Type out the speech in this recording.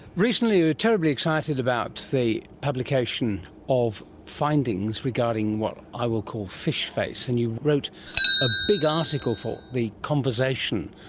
recently you were terribly excited about the publication of findings regarding what i will call fish-face, and you wrote a big article for the conversation.